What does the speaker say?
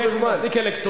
הוא הולך עם אזיק אלקטרוני,